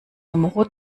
numero